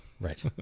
right